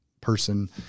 person